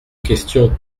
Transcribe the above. question